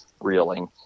reeling